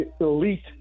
elite